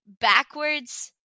backwards